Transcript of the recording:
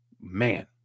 man